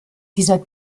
dieser